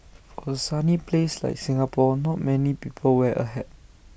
for A sunny place like Singapore not many people wear A hat